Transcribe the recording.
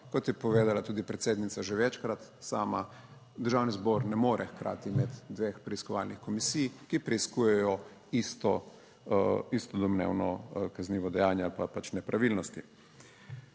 kot je povedala tudi predsednica že večkrat sama, Državni zbor ne more hkrati imeti dveh preiskovalnih komisij, ki preiskujejo isto domnevno kaznivo dejanje ali pa pač nepravilnosti.